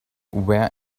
were